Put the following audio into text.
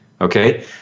okay